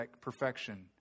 perfection